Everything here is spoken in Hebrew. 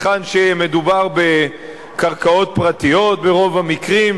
מקום שמדובר בו בקרקעות פרטיות ברוב המקרים,